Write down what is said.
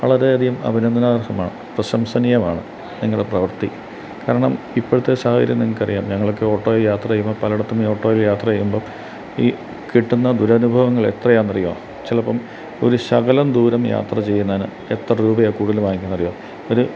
വളരെയധികം അഭിനന്ദനാർഹമാണ് പ്രശംസനീയമാണ് നിങ്ങളുടെ പ്രവൃത്തി കാരണം ഇപ്പോഴത്തെ സാഹചര്യം നിങ്ങൾക്ക് അറിയാം ഞങ്ങൾക്ക് ഓട്ടോയിൽ യാത്ര ചെയ്യുമ്പോൾ പലയിടത്തും ഈ ഓട്ടോയിൽ യാത്ര ചെയ്യുമ്പോൾ ഈ കിട്ടുന്ന ദുരനുഭവങ്ങൾ എത്രയാണെന്നറിയാമോ ചിലപ്പം ഒരു ശകലം ദൂരം യാത്ര ചെയ്യുന്നതിന് എത്ര രൂപയാണ് കൂടുതൽ വാങ്ങിക്കുന്നത് അറിയാമോ ഒരു